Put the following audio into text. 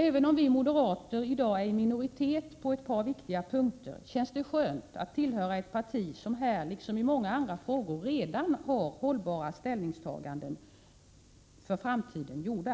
Även om vi moderater i dag är i minoritet på ett par viktiga punkter, känns det skönt att tillhöra ett parti som här, liksom i många andra frågor, redan har gjort hållbara ställningstaganden för framtiden.